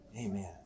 Amen